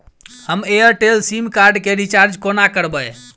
हम Airtel SIM card केँ recharge कोना करबै?